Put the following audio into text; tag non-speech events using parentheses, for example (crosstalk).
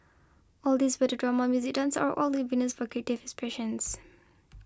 all these whether drama music dance are all (unintelligible) for creative expressions